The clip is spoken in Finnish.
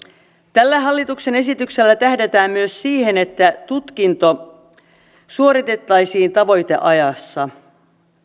tällä hallituksen esityksellä tähdätään myös siihen että tutkinto suoritettaisiin tavoite ajassa